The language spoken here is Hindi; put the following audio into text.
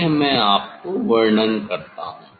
यह मैं आपको वर्णन करता हूं